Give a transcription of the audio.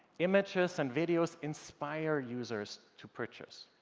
images and videos inspire users to purchase.